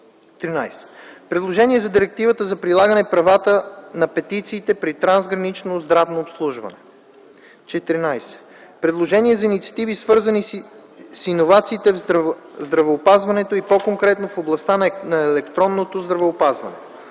Предложение за Директива за прилагане правата на пациентите при трансгранично здравно обслужване. 14. Предложение за инициативи, свързани с иновациите в здравеопазването и по–конкретно в областта на електронното здравеопазване.